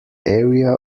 area